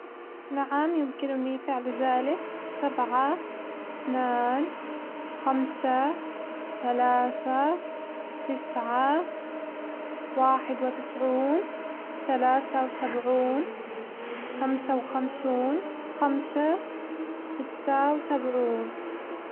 نعم، يمكنني فعل ذلك، سبعة، اثنان، خمسة، ثلاثة، تسعة، واحد وتسعون، ثلاثة وسبعون، خمسة وخمسون، خمسة، ستة وسبعون.